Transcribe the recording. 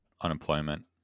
unemployment